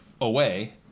away